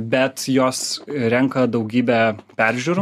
bet jos renka daugybę peržiūrų